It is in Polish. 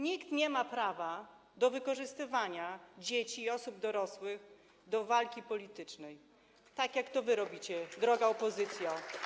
Nikt nie ma prawa wykorzystywać dzieci i osób dorosłych do walki politycznej, tak jak wy robicie, droga opozycjo.